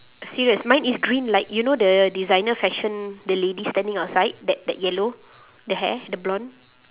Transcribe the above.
serious mine is green like you know the designer fashion the lady standing outside that that yellow the hair the blonde